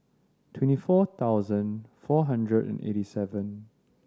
twenty four thousand four hundred and eighty seven